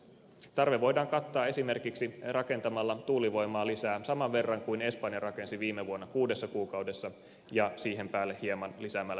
tarve voidaan kattaa esimerkiksi rakentamalla tuulivoimaa lisää saman verran kuin espanja rakensi viime vuonna kuudessa kuukaudessa ja siihen päälle hieman lisäämällä biosähkön tuotantoa